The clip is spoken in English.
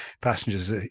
passengers